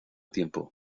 tiempo